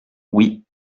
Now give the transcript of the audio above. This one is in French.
oui